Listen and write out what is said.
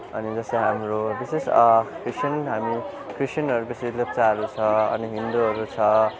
अनि जस्तै हाम्रो अनि विशेष क्रिस्चियन हामी क्रिस्चियनहरू पछि लेप्चाहरू छ अनि हिन्दुहरू छ